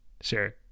Sure